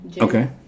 Okay